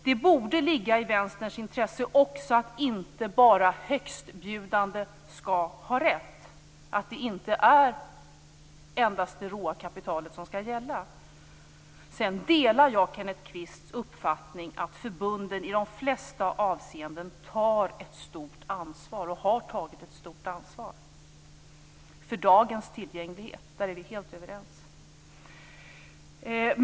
Det borde ligga också i Vänsterns intresse att inte bara högstbjudande skall ha rätt, att det inte endast är det råa kapitalet som skall gälla. Sedan delar jag Kenneth Kvists uppfattning att förbunden i de flesta avseenden tar - och har tagit - ett stort ansvar för dagens tillgänglighet. Där är vi helt överrens.